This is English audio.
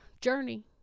journey